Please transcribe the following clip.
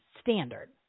standard